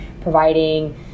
providing